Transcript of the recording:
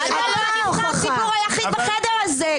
אתה לא נבחר הציבור היחיד בחדר הזה,